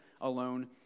alone